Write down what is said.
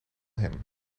him